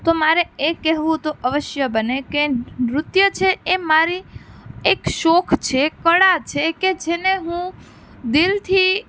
તો મારે એ કહેવું તો અવશ્ય બને કે નૃ નૃત્ય છે એ મારી એક શોખ છે કળા છે કે જેને હું દિલથી